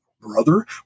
brother